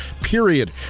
period